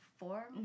Four